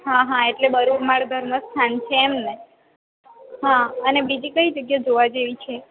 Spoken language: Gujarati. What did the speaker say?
હાં હાં એટલે બરૂમાળ ધર્મસ્થાન છે એમ ને હાં અને બીજી કઈ જગ્યા જોવા જેવી છે